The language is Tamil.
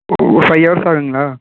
O five hours ஆகும்ங்களா